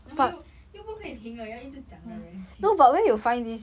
then 又又不可以停的要一直讲的 leh about 很 chi~